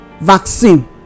Vaccine